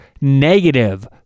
negative